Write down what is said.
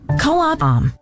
Co-op